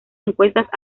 encuestas